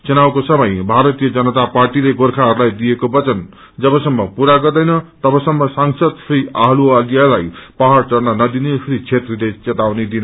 घुनावको समय घारतीय जनता पार्टीले गेर्खाहरूलाई दिएको बचन जबसम्म पूरा गर्दैन तबसम्म सांसद श्री अहलुवालियलाई पहाङ चढ़न नदिने श्री छेत्रीले चेतावनी दिए